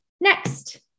Next